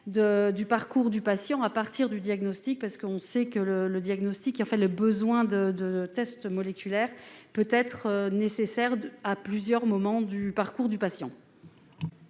du parcours du patient à partir du diagnostic, parce qu'on sait que le le diagnostic qui en fait le besoin de de tests moléculaires peut-être nécessaire d'à plusieurs moments du parcours du patient.